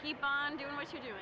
keep on doing what you d